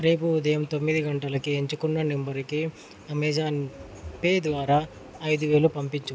రేపు ఉదయం తొమ్మిది గంటలకి ఎంచుకున్న నెంబర్కి అమెజాన్పే ద్వారా ఐదువేలు పంపించు